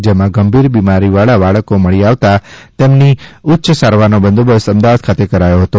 જેમાં ગંભીર બિમારીવાળા બાળકો મળી આવતા તેમની ઉચ્ચ્ય સારવારનો બંદોબસ્ત અમદાવાદ ખાતે કરાયો હતો